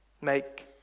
Make